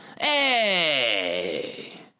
Hey